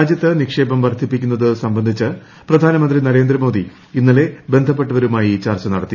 രാജ്യത്ത് നിക്ഷേപം വർദ്ധിപ്പിക്കുന്നത് സംബന്ധിച്ച് പ്രധാനമന്ത്രി നരേന്ദ്ര മോദി ഇന്നലെ ബന്ധപ്പെട്ടവരുമായി ചർച്ച നടത്തി